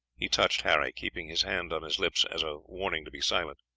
he touched harry, keeping his hand on his lips as a warning to be silent.